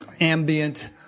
ambient